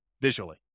visually